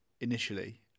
Initially